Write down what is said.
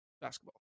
basketball